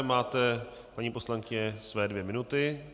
Máte, paní poslankyně, své dvě minuty.